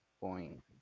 point